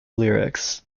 lyrics